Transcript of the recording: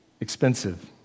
expensive